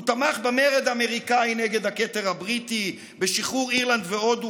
הוא תמך במרד האמריקאי נגד הכתר הבריטי ובשחרור אירלנד והודו